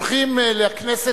הולכים לכנסת,